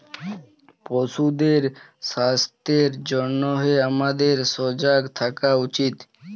পশুদের স্বাস্থ্যের জনহে হামাদের সজাগ থাকা উচিত